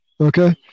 Okay